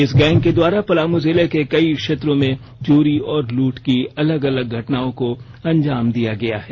इस गैंग के द्वारा पलामू जिले के कई क्षेत्रों में चोरी और लूट की अलग अलग घटनाओं को अंजाम दिया गया है